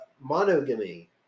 monogamy